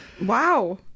Wow